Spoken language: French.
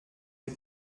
les